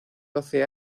doce